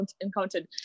encountered